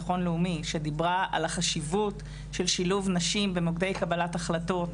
ודיבר על החשיבות של שילוב נשים במוקדי קבלת החלטות.